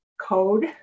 code